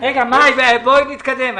רגע, מאי, בואו נתקדם.